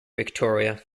victoria